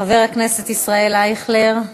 חבר הכנסת ישראל אייכלר,